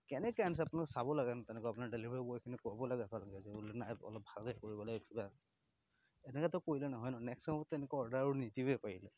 কেনেকৈ আনিছে আপোনালোকে চাব লাগে ন তেনেকুৱা আপোনাৰ ডেলিভাৰী বয়খিনিক ক'ব লাগে ভালকৈ বোলে নাই অলপ ভালকৈ কৰিব লাগে কিবা এনেকৈতো কৰিলে নহয় ন নেক্স টাইমত তেনেকুৱা অৰ্ডাৰো নিদিওঁৱে পাৰিলে